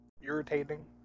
irritating